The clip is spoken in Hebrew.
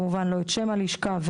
לא את שם הלשכה,